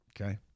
Okay